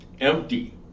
empty